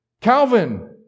Calvin